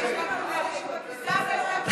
היית צריך להדפיס את הפונץ'-בננה.